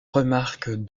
remarque